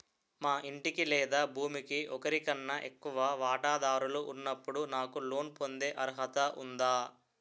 మా ఇంటికి లేదా భూమికి ఒకరికన్నా ఎక్కువ వాటాదారులు ఉన్నప్పుడు నాకు లోన్ పొందే అర్హత ఉందా?